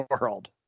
world